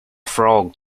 frog